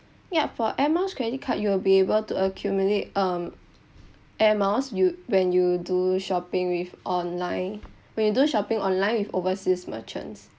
yup for air miles credit card you will be able to accumulate um air miles you when you do shopping with online when you do shopping online with overseas merchants